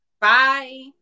Bye